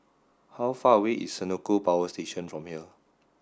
how far away is Senoko Power Station from here